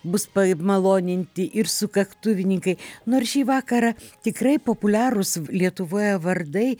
bus pamaloninti ir sukaktuvininkai nors šį vakarą tikrai populiarūs lietuvoje vardai